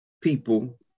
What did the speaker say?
people